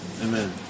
Amen